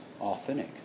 authentic